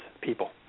people